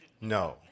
No